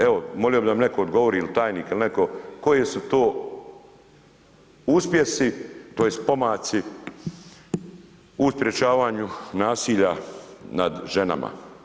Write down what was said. Evo molio bih da mi netko odgovori ili tajnik ili neko, koji su to uspjesi, tj. pomaci u sprečavanju nasilja nad ženama?